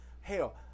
Hell